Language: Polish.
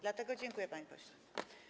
Dlatego dziękuję, panie pośle.